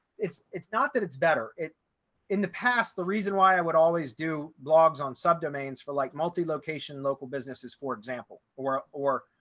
it's it's not that it's better it in the past, the reason why i would always do blogs on subdomains for like multi location local businesses, for example, or or,